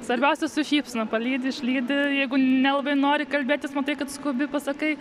svarbiausia su šypsena palydi išlydi jeigu nelabai nori kalbėtis matai kad skubi pasakai